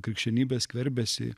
krikščionybė skverbiasi